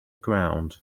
ground